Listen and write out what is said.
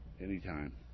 Anytime